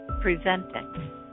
presenting